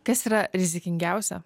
kas yra rizikingiausia